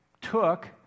took